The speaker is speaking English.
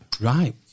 right